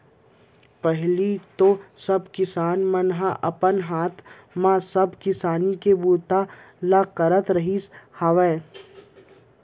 पहिली तो सब किसान मन ह अपन हाथे म सब किसानी के काम बूता ल करत रिहिस हवय